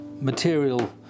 material